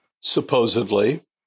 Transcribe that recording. supposedly